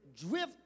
drift